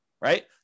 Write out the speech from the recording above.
right